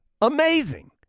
Amazing